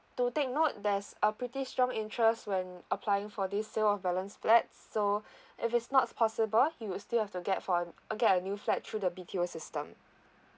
to take note there's a pretty strong interest when applying for these sale of balance flats so if it's not possible you would still have to get from get a new flat through the B_T_O system